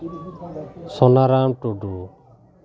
Sunaram Tudu